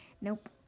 Nope